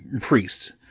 priests